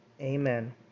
Amen